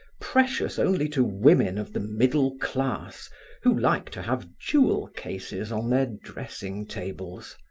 precious only to women of the middle class who like to have jewel cases on their dressing-tables.